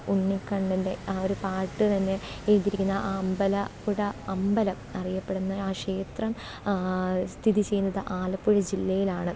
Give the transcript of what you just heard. ഉണ്ണിക്കണ്ണൻ്റെ ആ ഒരു പാട്ട് തന്നെ എഴുതിയിരിക്കുന്നത് ആ അമ്പലപ്പുഴ അമ്പലം അറിയപ്പെടുന്ന ആ ക്ഷേത്രം സ്ഥിതി ചെയ്യുന്നത് ആലപ്പുഴ ജില്ലയിലാണ്